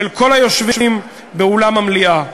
של כל היושבים באולם המליאה.